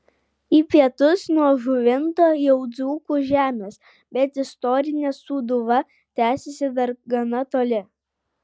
į pietus nuo žuvinto jau dzūkų žemės bet istorinė sūduva tęsiasi dar gana toli